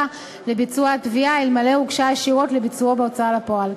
לביצוע התביעה אלמלא הוגשה ישירות לביצועו בהוצאה לפועל,